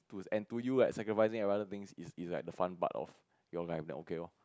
to and to you like sacrificing of other things is is like the fun part of your life then okay lor